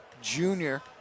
Junior